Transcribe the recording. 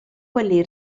quelli